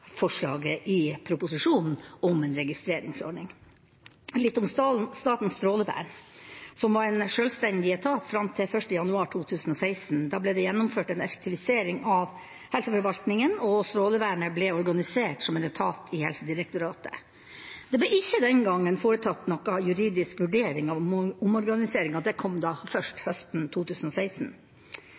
forslaget i proposisjonen om en registreringsordning. Litt om Statens strålevern, som var en sjølstendig etat fram til 1. januar 2016. Da ble det gjennomført en effektivisering av helseforvaltningen, og Strålevernet ble organisert som en etat i Helsedirektoratet. Det ble ikke den gangen foretatt noen juridisk vurdering av omorganiseringen, den kom først høsten 2016.